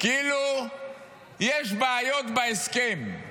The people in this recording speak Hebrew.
כאילו יש בעיות בהסכם.